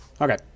Okay